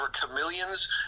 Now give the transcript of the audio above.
chameleons